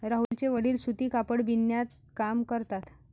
राहुलचे वडील सूती कापड बिनण्याचा काम करतात